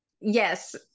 yes